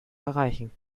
erreichen